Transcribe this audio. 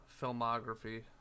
filmography